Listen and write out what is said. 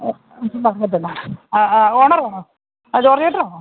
owner ആണോ George ഏട്ടനാണോ